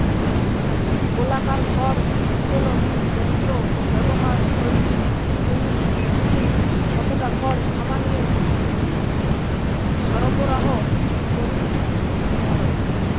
গোলাকার খড় উত্তোলক যন্ত্র ব্যবহার করিকি তুমি প্রতিদিন কতটা খড় খামার নু সরবরাহ করি পার?